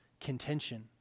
contention